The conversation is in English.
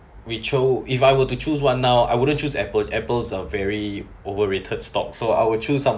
Wee Cho if I were to choose one now I wouldn't choose APPLE APPLEs are very overrated stock so I will choose some